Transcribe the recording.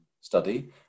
study